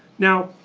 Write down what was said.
now,